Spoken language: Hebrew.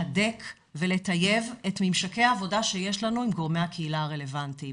להדק ולטייב את ממשקי העבודה שיש לנו עם גורמי הקהילה הרלבנטיים